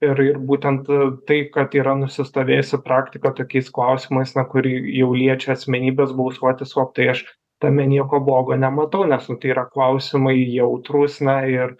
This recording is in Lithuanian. ir ir būtent tai kad yra nusistovėjusi praktika tokiais klausimais kuri jau liečia asmenybes balsuoti slaptai aš tame nieko blogo nematau nes nu tai yra klausimai jautrūs na ir